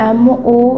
mo